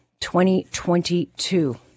2022